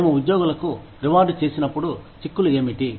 మేము ఉద్యోగులకు రివార్డ్ చేసినప్పుడు చిక్కులు ఏమిటి